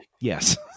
Yes